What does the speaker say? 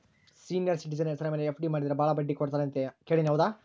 Senior citizen ಹೆಸರ ಮೇಲೆ FD ಮಾಡಿದರೆ ಬಹಳ ಬಡ್ಡಿ ಕೊಡ್ತಾರೆ ಅಂತಾ ಕೇಳಿನಿ ಹೌದಾ?